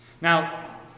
Now